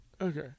Okay